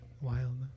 wild